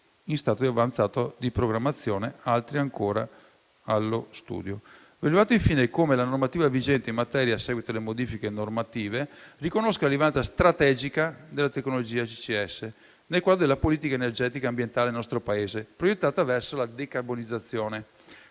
in stato avanzato di programmazione, altri ancora allo studio. Va rilevato infine come la normativa vigente in materia, a seguito delle modifiche normative, riconosca la rilevanza strategica della tecnologia CCS nel quadro della politica energetica ambientale del nostro Paese, proiettata verso la decarbonizzazione,